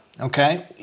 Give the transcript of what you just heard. Okay